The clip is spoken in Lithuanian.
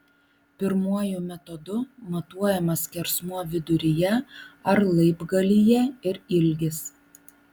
pirmuoju metodu matuojamas skersmuo viduryje ar laibgalyje ir ilgis